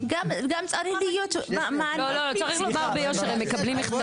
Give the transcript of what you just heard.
צריך לומר ביושר הם מקבלים מכתבים.